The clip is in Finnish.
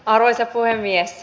arvoisa puhemies